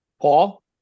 Paul